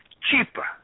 cheaper